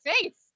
face